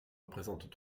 représentent